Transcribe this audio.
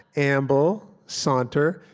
amble, saunter,